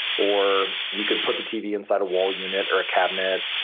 or you could put the tv inside a wall unit or ah cabinet.